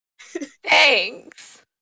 Thanks